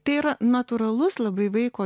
tai yra natūralus labai vaiko